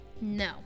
No